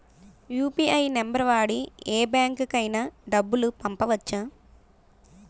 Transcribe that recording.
UPI number వాడి యే బ్యాంకుకి అయినా డబ్బులు పంపవచ్చ్చా?